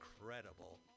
incredible